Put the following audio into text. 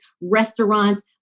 restaurants